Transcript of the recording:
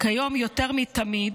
כיום יותר מתמיד,